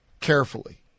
carefully